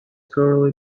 purely